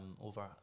over